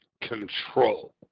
control